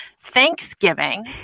Thanksgiving